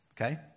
okay